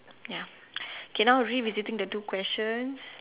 ya so now revisiting the two questions